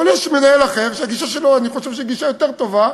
אבל יש מנהל אחר שאני חושב שהגישה שלו היא גישה יותר טובה,